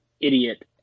idiot